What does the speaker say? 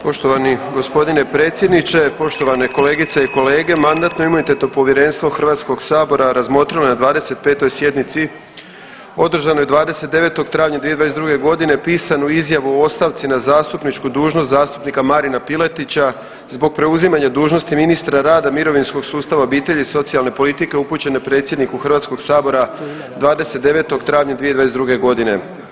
Poštovani gospodine predsjedniče, poštovane kolegice i kolege Mandatno-imunitetno povjerenstvo Hrvatskog sabora razmotrilo je 25. sjednici održanoj 29. travnja 2022. godine pisanu izjavu o ostavci na zastupničku dužnost zastupnika Marina Piletića zbog preuzimanja dužnosti ministra rada, mirovinskog sustava, obitelji i socijalne politike upućene predsjedniku Hrvatskog sabora 29. travnja 2022. godine.